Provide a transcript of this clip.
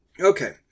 Okay